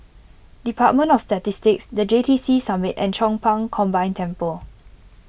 Department of Statistics the J T C Summit and Chong Pang Combined Temple